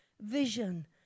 vision